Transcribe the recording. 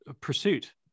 pursuit